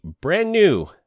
brand-new